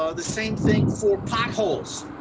ah the same thing for potholes.